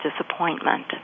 disappointment